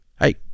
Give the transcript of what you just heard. hey